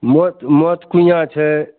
मौत मौत कुइयाँ छै